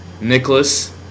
Nicholas